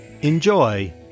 Enjoy